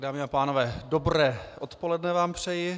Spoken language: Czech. Dámy a pánové, dobré odpoledne vám přeji.